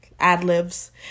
Ad-libs